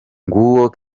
nguwo